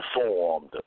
informed